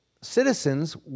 citizens